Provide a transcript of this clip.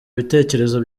ibitekerezo